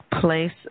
Place